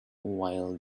while